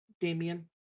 Damien